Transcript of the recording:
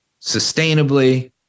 sustainably